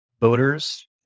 voters